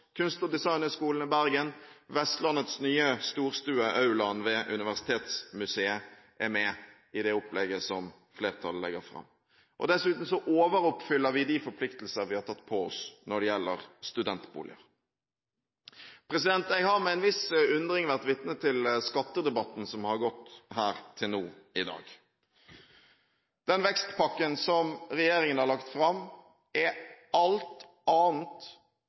Kunst- og designhøgskolen i Bergen og Vestlandets nye storstue, aulaen ved Universitetsmuseet i Bergen, er med i det opplegget som flertallet legger fram. Dessuten overoppfyller vi de forpliktelser vi har tatt på oss når det gjelder studentboliger. Jeg har med en viss undring vært vitne til skattedebatten som har foregått her i dag. Den vekstpakken som regjeringen har lagt fram, er alt annet